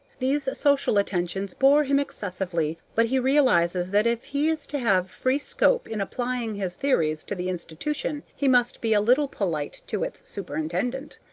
these social attentions bore him excessively but he realizes that if he is to have free scope in applying his theories to the institution he must be a little polite to its superintendent.